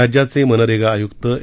राज्याचे मनरेगा आयुक्त ए